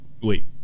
Wait